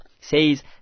says